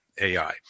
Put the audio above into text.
AI